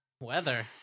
Weather